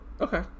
okay